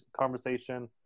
conversation